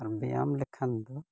ᱟᱨ ᱵᱮᱭᱟᱢ ᱞᱮᱠᱷᱟᱱ ᱫᱚ